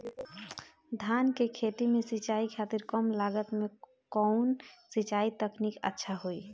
धान के खेती में सिंचाई खातिर कम लागत में कउन सिंचाई तकनीक अच्छा होई?